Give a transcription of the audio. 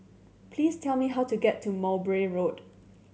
please tell me how to get to Mowbray Road